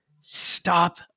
stop